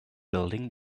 building